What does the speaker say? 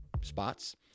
spots